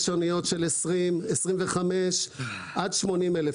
יש אניות של 20, 25 עד 80,000 טון.